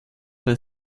bei